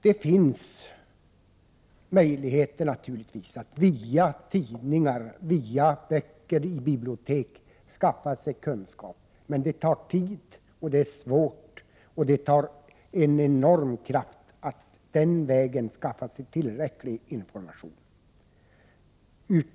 Det finns naturligtvis möjligheter att via tidningar, via böcker och i bibliotek skaffa sig kunskap, men det tar tid. Det är svårt och det fordrar en enorm kraft att den vägen skaffa sig tillräcklig information.